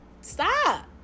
stop